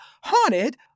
haunted